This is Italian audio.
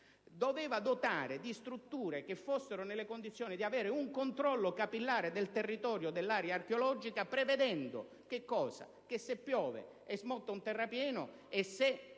doveva dotare l'area di strutture che fossero nelle condizioni di avere un controllo capillare del territorio dell'area archeologica, prevedendo che se piove e se un terrapieno è